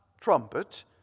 trumpet